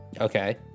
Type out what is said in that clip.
okay